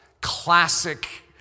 classic